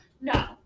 No